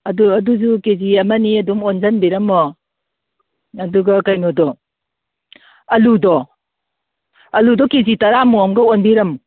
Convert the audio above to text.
ꯑꯗꯣ ꯑꯗꯨꯁꯨ K G ꯑꯃꯅꯤ ꯑꯗꯨꯝ ꯑꯣꯟꯁꯤꯟꯕꯤꯔꯝꯃꯣ ꯑꯗꯨꯒ ꯀꯩꯅꯣꯗꯣ ꯑꯥꯜꯂꯨꯗꯣ ꯑꯥꯜꯂꯨꯗꯣ ꯀꯦ ꯖꯤ ꯇꯔꯥꯃꯨꯛ ꯑꯝꯒ ꯑꯣꯟꯕꯤꯔꯝꯃꯨ